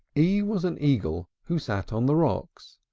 e was an eagle, who sat on the rocks,